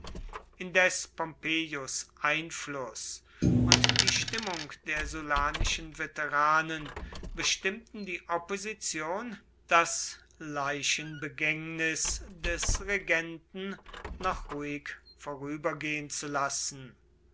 indes pompeius einfluß und die stimmung der sullanischen veteranen bestimmten die opposition das leichenbegängnis des regenten noch ruhig vorübergehen zu lassen